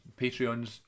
Patreons